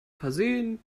versehen